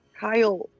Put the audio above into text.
Kyle